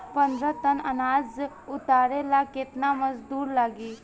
पन्द्रह टन अनाज उतारे ला केतना मजदूर लागी?